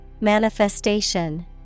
Manifestation